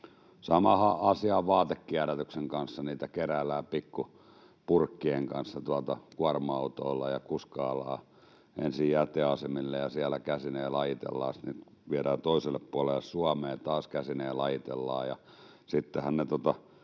Sama asiahan on vaatekierrätyksen kanssa: niitä keräillään purkkien kanssa kuorma-autoilla ja kuskaillaan ensin jäteasemille, ja siellä ne käsin lajitellaan, viedään toiselle puolelle Suomea ja taas ne käsin lajitellaan,